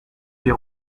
des